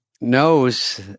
knows